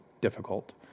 difficult